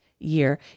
year